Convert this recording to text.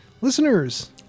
Listeners